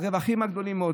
ברווחים הגדולים מאוד.